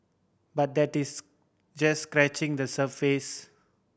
but that is just scratching the surface